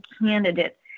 candidate